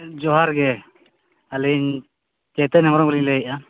ᱡᱚᱦᱟᱨ ᱜᱮ ᱟᱹᱞᱤᱧ ᱪᱳᱭᱛᱚᱱ ᱦᱮᱢᱵᱨᱚᱢ ᱞᱤᱧ ᱞᱟᱹᱭᱮᱫᱟ